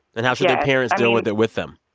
and how should their parents deal with it with them?